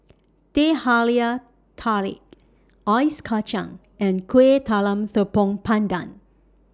Teh Halia Tarik Ice Kachang and Kuih Talam Tepong Pandan